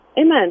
Amen